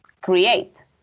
create